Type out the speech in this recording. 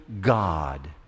God